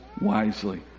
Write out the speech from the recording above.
wisely